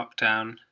lockdown